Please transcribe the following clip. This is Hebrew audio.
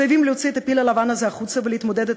חייבים להוציא את הפיל הלבן הזה החוצה ולהתמודד אתו,